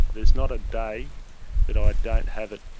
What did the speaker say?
there's not a day that i don't have it.